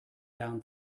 down